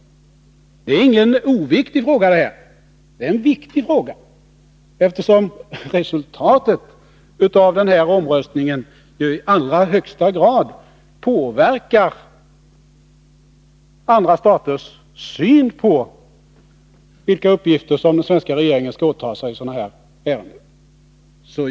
Detta är inte någon oviktig fråga utan en viktig fråga, eftersom resultatet av omröstningen i allra högsta grad påverkar andra staters syn på vilka uppgifter som den svenska regeringen skall åta sig i sådana här ärenden.